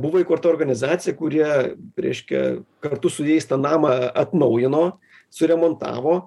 buvo įkurta organizacija kurie reiškia kartu su jais tą namą atnaujino suremontavo